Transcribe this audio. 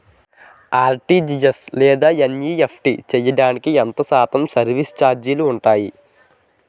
RTGS లేదా NEFT చేయడానికి ఎంత శాతం సర్విస్ ఛార్జీలు ఉంటాయి?